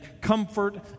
comfort